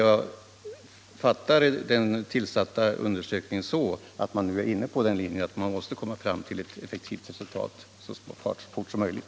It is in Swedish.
Jag fattar emellertid den tillsatta undersökningen så, att man nu är inne på den linjen att få fram ett effektivt resultat så fort som möjligt.